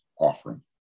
offering